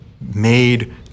made